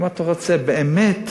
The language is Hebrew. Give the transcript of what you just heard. אם אתה רוצה באמת